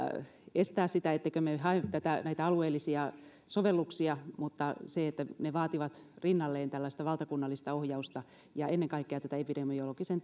estää sitä ettemme hae näitä alueellisia sovelluksia mutta ne vaativat rinnalleen tällaista valtakunnallista ohjausta ja ennen kaikkea tätä epidemiologisen